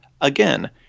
again